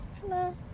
Hello